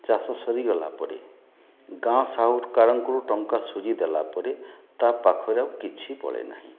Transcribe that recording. ଚାଷ ସରିଗଲା ପରେ ଗାଁ ସାହୁକାରଙ୍କର ଟଙ୍କା ଶୁଝିଦେଲା ପରେ ତା' ପାଖରେ ଆଉ କିଛି ବଳେ ନାହିଁ